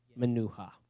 Manuha